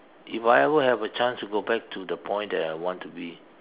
if I ever have a chance to go back to the point that I want to be